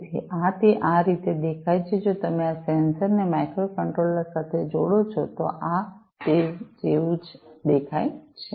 તેથી આ તે આ રીતે દેખાય છે જો તમે આ સેન્સર્સ ને માઇક્રોકન્ટ્રોલર સાથે જોડો છો તો આ તે જેવું જ દેખાય છે